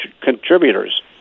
contributors